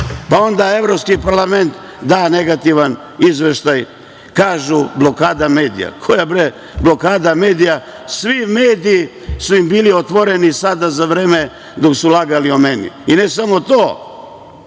pa onda Evropski parlament da negativan izveštaj, kažu – blokada medija. Koja blokada medija, svi mediji su im bili otvoreni sada za vreme dok su lagali o meni. Ne samo to,